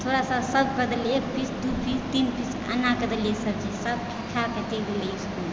तऽ थोड़ा थोड़ा सभके देलिये एक पीस दू पीस तीन पीस एनाके देलिये सब्जी सभ खाके चलि गेलै इसकुल